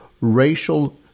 racial